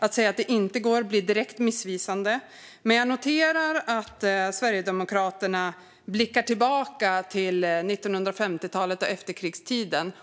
Att säga att det inte går blir direkt missvisande. Jag noterar att Sverigedemokraterna blickar tillbaka till 1950-talet och efterkrigstiden.